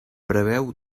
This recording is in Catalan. preveu